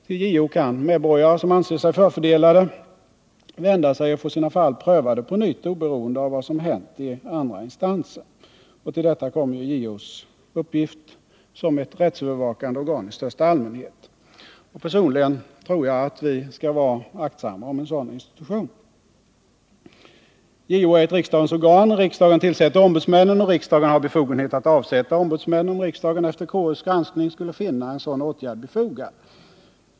Till JO kan medborgare, som anser sig förfördelade, vända sig och få sina fall prövade på nytt, oberoende av vad som hänt i de andra instanserna. Till detta kommer JO:s uppgift som ett rättsövervakande organ i största allmänhet. Personligen tror jag att vi skall vara aktsamma om en sådan institution. JO är ett riksdagens organ. Riksdagen tillsätter ombudsmännen, och riksdagen har befogenhet att avsätta ombudsmän om riksdagen efter KU:s granskning skulle finna en sådan åtgärd befogad.